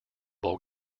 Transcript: bowl